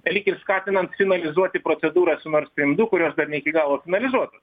lyg ir skatinant finalizuoti procedūras su nord strym du kurios dar ne iki galo finalizuotos